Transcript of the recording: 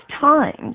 times